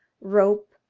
rope,